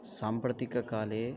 साम्प्रतिककाले